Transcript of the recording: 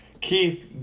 Keith